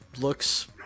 looks